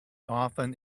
often